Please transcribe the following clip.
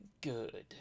good